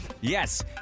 Yes